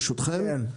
ברשותכם,